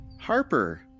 Harper